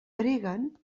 preguen